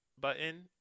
button